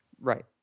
Right